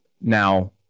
Now